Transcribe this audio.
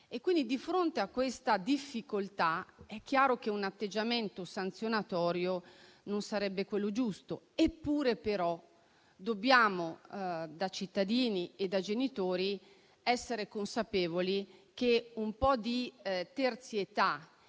famiglia. Di fronte a questa difficoltà, è chiaro che un atteggiamento sanzionatorio non sarebbe quello giusto. Eppure dobbiamo, da cittadini e genitori, essere consapevoli che un po' di terzietà